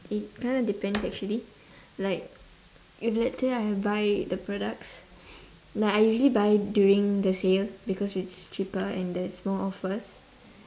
it kind of depends actually like if let's say I buy the products like I usually buy during the sale because it's cheaper and there's more offers